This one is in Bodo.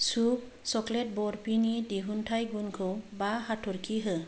शुब सक्लेट बारफि नि दिहुनथाइ गुनखौ बा हाथरखि हो